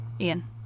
Ian